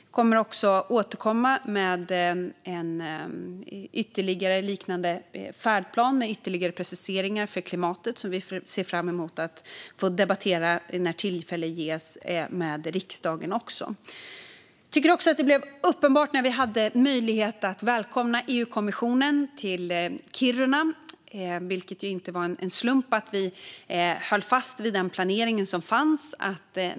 Vi kommer att återkomma med en färdplan med ytterligare preciseringar för klimatet som vi ser fram emot att få debattera med riksdagen när tillfälle ges. Vi hade möjlighet att välkomna EU-kommissionen till Kiruna. Det var inte en slump att vi höll fast vid den planering som fanns.